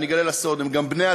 אני אגלה לה סוד: הם גם בני-אדם,